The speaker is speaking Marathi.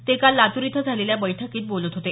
ते काल लातूर इथं झालेल्या बैठकीत बोलत होते